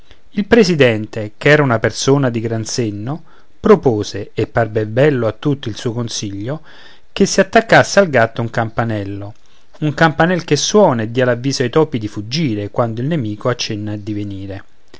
il presidente ch'era una persona di gran senno propose e parve bello a tutti il suo consiglio che si attaccasse al gatto un campanello un campanel che suona e dia l'avviso ai topi di fuggire quando il nemico accenna di venire